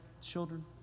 children